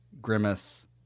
Grimace